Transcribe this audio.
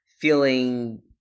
feeling